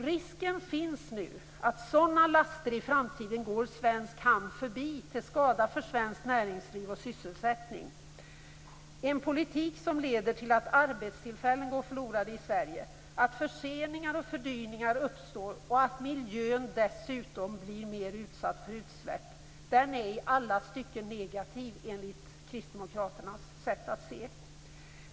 Risken finns nu för att sådana laster i framtiden går svensk hamn förbi till skada för svenskt näringsliv och sysselsättning. En politik som leder till att arbetstillfällen går förlorade i Sverige, att förseningar och fördyrningar uppstår och att miljön dessutom blir mer utsatt för utsläpp är i alla stycken negativ enligt kristdemokraternas sätt att se.